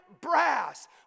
brass